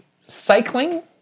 cycling